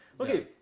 Okay